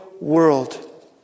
world